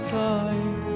time